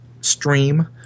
stream